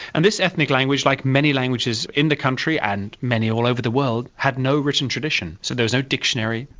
and this ethnic language, like many languages in the country and many all over the world, had no written tradition. so there was no dictionary,